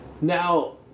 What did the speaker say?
Now